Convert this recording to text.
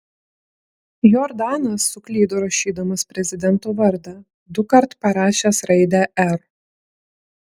jordanas suklydo rašydamas prezidento vardą dukart parašęs raidę r